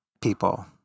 people